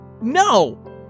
No